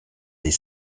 les